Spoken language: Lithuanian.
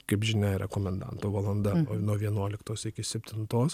kaip žinia yra komendanto valanda nuo vienuoliktos iki septintos